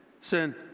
Sin